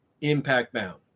impact-bound